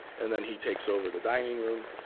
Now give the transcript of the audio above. and then he takes over the dining room,